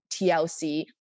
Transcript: TLC